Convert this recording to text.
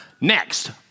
Next